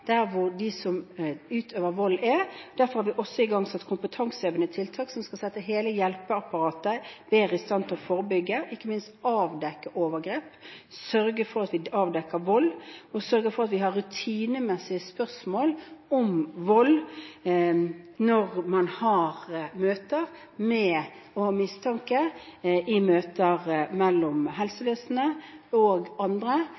der hvor de som utøver vold, er. Derfor har vi også igangsatt kompetansehevende tiltak som skal sette hele hjelpeapparatet bedre i stand til å forebygge og ikke minst avdekke overgrep, sørge for at vi avdekker vold, og sørge for at vi har rutinemessige spørsmål om vold når man har mistanke, i møter mellom helsevesenet og andre